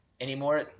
anymore